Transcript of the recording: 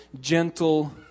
gentle